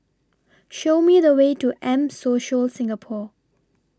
Show Me The Way to M Social Singapore